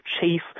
chief